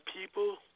people